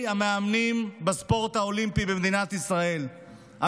המאמנים בספורט האולימפי במדינת ישראל,